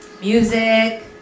music